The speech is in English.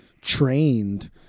trained